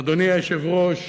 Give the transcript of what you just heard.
אדוני היושב-ראש,